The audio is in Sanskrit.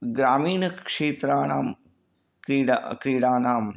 ग्रामीणक्षेत्राणां क्रीडा क्रीडानाम्